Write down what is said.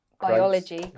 biology